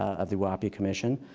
of the whiaapi commission.